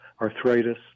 arthritis